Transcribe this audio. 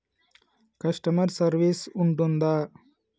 Customer service ఉంటుందా?